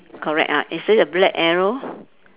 correct ah is there a black arrow